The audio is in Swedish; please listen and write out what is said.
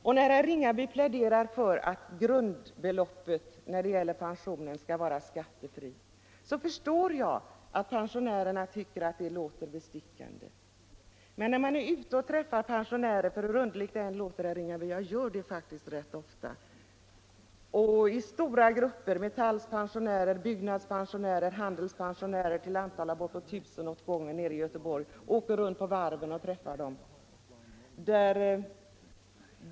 När herr Ringaby pläderar för att pensionens grundbelopp skall vara skattefritt, så förstår jag att pensionärerna tycker att det låter bestickande. Men jag träffar också pensionärer. Hur underligt det än låter, herr Ringaby, gör jag det faktiskt rätt ofta, och det gäller stora grupper — Metalls, Byggnads och Handels pensionärer till antal av bortåt tusen åt gången nere i Göteborg. Jag åker runt på varven och träffar dem som snart går i pension.